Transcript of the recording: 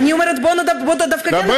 לא, אני אומרת, בוא דווקא כן נדבר על צביעות.